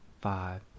five